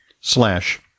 slash